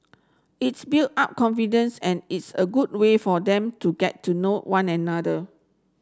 it's build up confidence and it's a good way for them to get to know one another